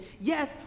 Yes